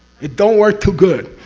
it don't work too good.